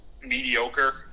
mediocre